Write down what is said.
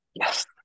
Yes